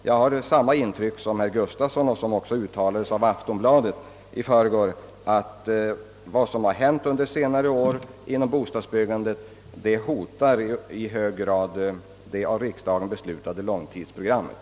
Jag har samma intryck som herr Gustafsson i Skellefteå att — detta uttalade också Aftonbladet i förrgår — vad som hänt på bostadsbyggandets område under senare år i hög grad hotar det av riksdagen beslutade långtidsprogrammet.